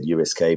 USK